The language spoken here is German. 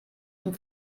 zum